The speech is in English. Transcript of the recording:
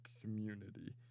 community